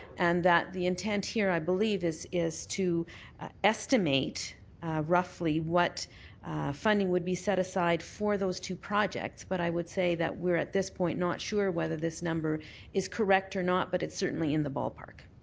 and that the intent here, i believe, is is to estimate roughly what funding would be set aside for those two projects, but i would say that we're at this point not sure whether this number is correct or not but it's certainly in the ballpark.